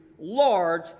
large